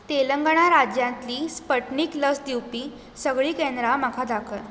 तेलंगना राज्यांतलीं स्पटनिक लस दिवपी सगळीं केंद्रां म्हाका दाखय